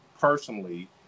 personally